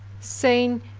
st.